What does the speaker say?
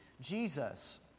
Jesus